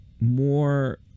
more